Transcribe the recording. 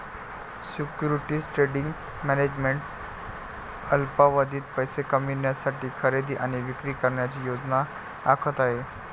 securities trading management अल्पावधीत पैसे कमविण्यासाठी खरेदी आणि विक्री करण्याची योजना आखत आहे